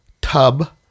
tub